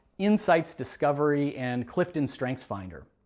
insights discovery, and cliftonstrengths finder.